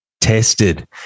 tested